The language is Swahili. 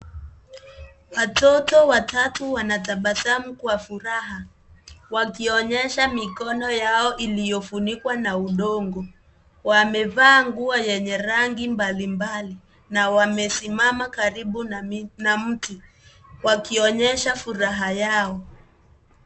Watoto watatu wanatabasamu kwa furaha. Wakionyesha mikono yao iliyofunikwa na udongo. Wamevaa nguo yenye rangi mbalimbali na wamesimama karibu na mti, wakionyesha furaha yao.